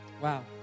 Wow